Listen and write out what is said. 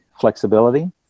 flexibility